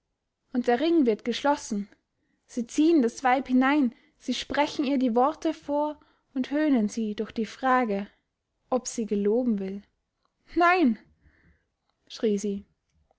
und der ring wird geschlossen sie ziehen das weib hinein sie sprechen ihr die worte vor und höhnen sie durch die frage ob sie geloben will nein